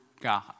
God